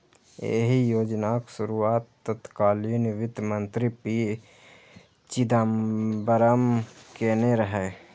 एहि योजनाक शुरुआत तत्कालीन वित्त मंत्री पी चिदंबरम केने रहै